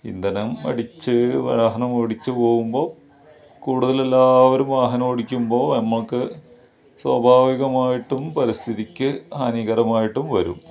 ഇന്ധനം അടിച്ച് വാഹനം ഓടിച്ച് പോകുമ്പോൾ കൂടുതൽ എല്ലാവരും വാഹനം ഓടിക്കുമ്പോൾ നമുക്ക് സ്വാഭാവികമായിട്ടും പരിസ്ഥിതിക്ക് ഹാനീകരമായിട്ടും വരും